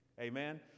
Amen